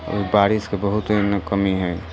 अभी बारिशके बहुत एने कमी हइ